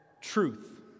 truth